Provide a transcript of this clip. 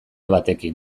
batekin